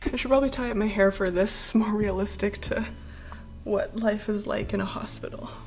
should probably tie up my hair for this more realistic to what life is like in a hospital.